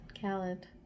Khaled